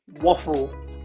waffle